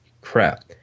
crap